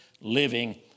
living